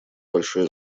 большое